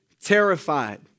terrified